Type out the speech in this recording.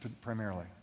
primarily